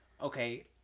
Okay